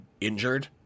injured